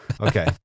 Okay